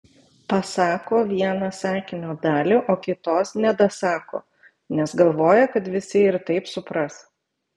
pasako vieną sakinio dalį o kitos nedasako nes galvoja kad visi ir taip supras